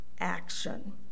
action